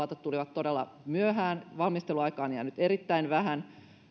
todella myöhään valmisteluaikaa on jäänyt erittäin vähän